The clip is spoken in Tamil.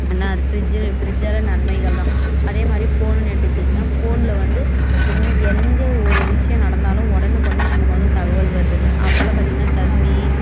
ஆனால் அது ஃப்ரிட்ஜின்னு ஃப்ரிட்ஜால் நன்மைகள் தான் அதே மாதிரி ஃபோனுன்னு எடுத்துகிட்டிங்னா ஃபோனில் வந்து இங்கே எங்கே ஒரு விஷயம் நடந்தாலும் உடனுக்கொன்னே நமக்கு வந்து தகவல் வருதுங்க அப்போலா பார்த்தீங்கன்னா தந்தி